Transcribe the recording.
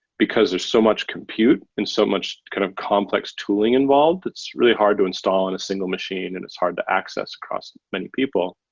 because there's so much compute and so much kind of complex tooling involved. it's really hard to install on a single machine and it's hard to access cost with many people.